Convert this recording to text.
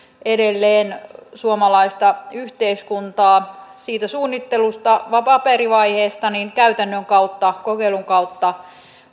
edelleen suomalaista yhteiskuntaa siitä suunnittelusta paperivaiheesta käytännön kokeilun kautta